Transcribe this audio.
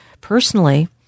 Personally